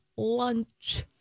lunch